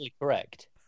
correct